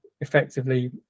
effectively